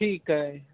ਠੀਕ ਹੈ